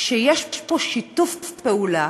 שיש פה שיתוף פעולה